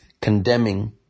condemning